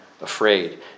afraid